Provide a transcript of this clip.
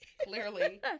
Clearly